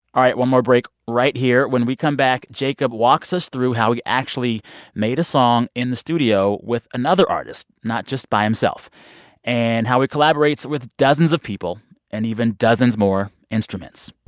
right. one more break right here. when we come back, jacob walks us through how he actually made a song in the studio with another artist not just by himself and how he collaborates with dozens of people and even dozens more instruments